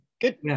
Good